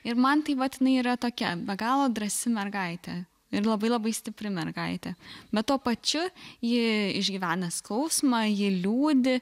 ir man tai vat jinai yra tokia be galo drąsi mergaitė ir labai labai stipri mergaitė bet tuo pačiu ji išgyvena skausmą ji liūdi